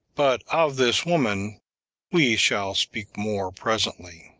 but of this woman we shall speak more presently.